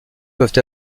peuvent